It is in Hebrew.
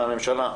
מהממשלה,